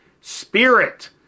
spirit